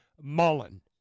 Mullen